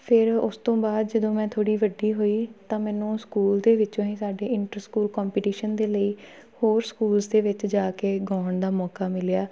ਫਿਰ ਉਸ ਤੋਂ ਬਾਅਦ ਜਦੋਂ ਮੈਂ ਥੋੜ੍ਹੀ ਵੱਡੀ ਹੋਈ ਤਾਂ ਮੈਨੂੰ ਸਕੂਲ ਦੇ ਵਿੱਚੋਂ ਹੀ ਸਾਡੇ ਇੰਟਰ ਸਕੂਲ ਕੋਂਪੀਟੀਸ਼ਨ ਦੇ ਲਈ ਹੋਰ ਸਕੂਲਸ ਦੇ ਵਿੱਚ ਜਾ ਕੇ ਗਾਉਣ ਦਾ ਮੌਕਾ ਮਿਲਿਆ